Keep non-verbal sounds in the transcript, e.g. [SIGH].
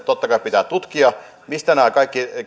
[UNINTELLIGIBLE] totta kai pitää tutkia mistä kaikki